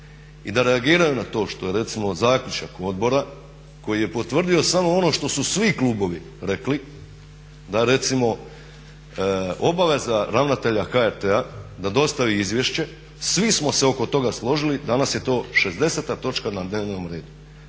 i da reagiraju na to što je recimo zaključak odbora koji je potvrdio samo ono što su svi klubovi rekli, da recimo obaveza ravnatelja HRT-a da dostavi izvješće. Svi smo se oko toga složili. Danas je to 60.točka na dnevnom redu.